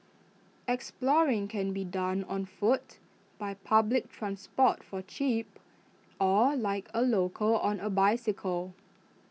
exploring can be done on foot by public transport for cheap or like A local on A bicycle